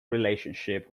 relationship